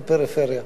בפריפריה.